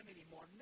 anymore